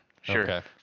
sure